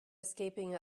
escaping